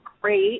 great